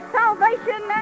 salvation